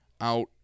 out